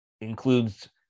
includes